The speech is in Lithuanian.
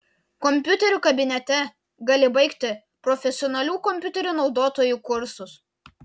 kompiuterių kabinete gali baigti profesionalių kompiuterių naudotojų kursus